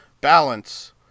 balance